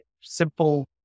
simple